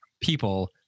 people